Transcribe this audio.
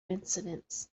incidents